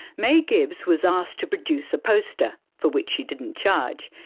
may gibbs was asked to produce a poster, for which she didn't charge,